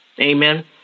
Amen